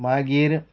मागीर